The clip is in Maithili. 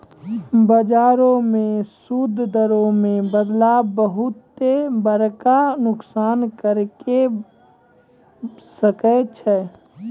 बजारो मे सूद दरो मे बदलाव बहुते बड़का नुकसान करै सकै छै